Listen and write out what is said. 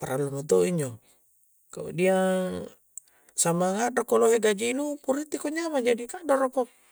perlu mo to' injo', kemudian sammang a'ro ko lohe' gaji nu, puriti'ko anjama' jadi kaddoro'ko